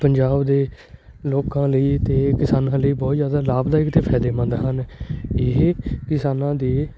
ਪੰਜਾਬ ਦੇ ਲੋਕਾਂ ਲਈ ਅਤੇ ਕਿਸਾਨਾਂ ਲਈ ਬਹੁਤ ਜ਼ਿਆਦਾ ਲਾਭਦਾਇਕ ਅਤੇ ਫਾਇਦੇਮੰਦ ਹਨ ਇਹ ਕਿਸਾਨਾਂ ਦੇ